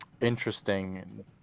Interesting